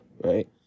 right